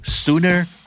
Sooner